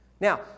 Now